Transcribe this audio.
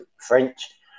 French